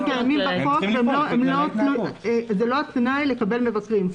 כי הם קיימים בחוק וזה לא התנאי לקבל מבקרים.